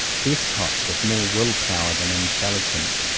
despots with more will-power than intelligence,